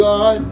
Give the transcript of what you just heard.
God